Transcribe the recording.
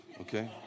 okay